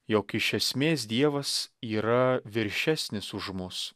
jog iš esmės dievas yra viršesnis už mus